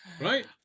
Right